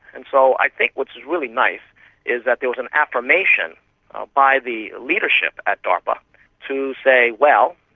and so i think what's really nice is that there was an affirmation ah by the leadership at darpa to say, well,